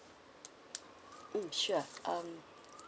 mm sure um